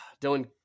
Dylan